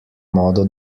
modo